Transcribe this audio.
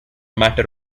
matter